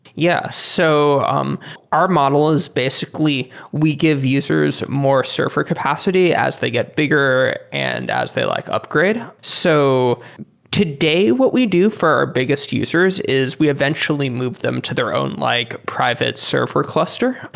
yeah. so um our model is basically we give users more server capacity as they get bigger and as they like upgrade. so today, what we do for our biggest users is we eventually move them to their own like private server cluster.